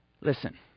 Listen